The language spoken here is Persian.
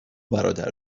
برادر